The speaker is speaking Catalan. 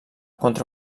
contra